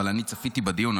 אבל אני צפיתי בדיון,